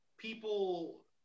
people